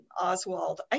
Oswald